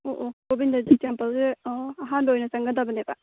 ꯑꯣ ꯑꯣ ꯒꯣꯕꯤꯟꯗꯖꯤ ꯇꯦꯝꯄꯜꯁꯦ ꯑꯥ ꯑꯍꯥꯟꯕ ꯑꯣꯏꯅ ꯆꯪꯒꯗꯕꯅꯦꯕ